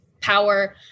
power